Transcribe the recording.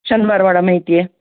शनिवार वाडा महिती आहे